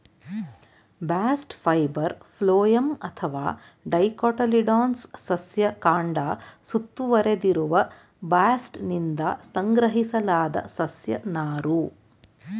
bast fiber phloem ಅಥವಾ dicotyledonous ಸಸ್ಯ ಕಾಂಡ ಸುತ್ತುವರೆದಿರುವ ಬಾಸ್ಟ್ನಿಂದ ಸಂಗ್ರಹಿಸಲಾದ ಸಸ್ಯ ನಾರು